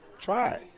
try